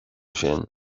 sin